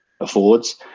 affords